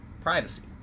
privacy